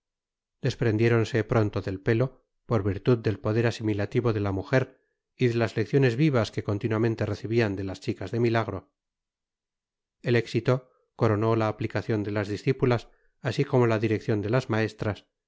lazo desprendiéronse pronto del pelo por virtud del poder asimilativo de la mujer y de las lecciones vivas que continuamente recibían de las chicas de milagro el éxito coronó la aplicación de las discípulas así como la dirección de las maestras